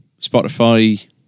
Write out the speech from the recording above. Spotify